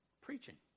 Preaching